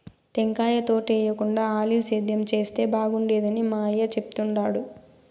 టెంకాయ తోటేయేకుండా ఆలివ్ సేద్యం చేస్తే బాగుండేదని మా అయ్య చెప్తుండాడు